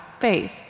faith